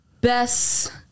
best